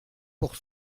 pour